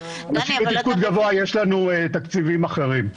לאנשים בתפקוד גבוה יש לנו תקציבים אחרים.